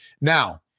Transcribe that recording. Now